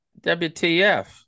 WTF